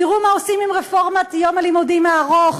תראו מה עושים עם רפורמת יום הלימודים הארוך,